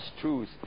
truth